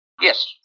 Yes